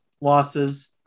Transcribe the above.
losses